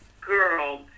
girl